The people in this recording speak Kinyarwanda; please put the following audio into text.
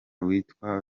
witwa